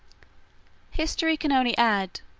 history can only add,